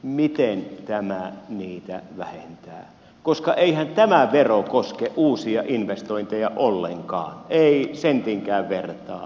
miten tämä niitä vähentää koska eihän tämä vero koske uusia investointeja ollenkaan ei sentinkään vertaa